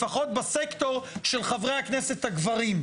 לפחות בסקטור של חברי הכנסת הגברים.